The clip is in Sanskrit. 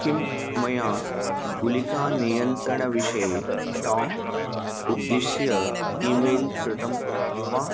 किं मया गुलिकानियन्त्रणविषये टा उद्दिश्य ई मेल् कृतं वा